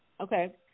Okay